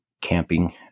camping